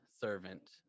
servant